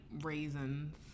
raisins